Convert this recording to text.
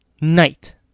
night